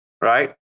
right